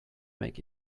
make